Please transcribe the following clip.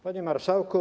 Panie Marszałku!